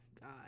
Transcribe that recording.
God